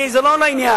זה לא לעניין.